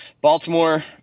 Baltimore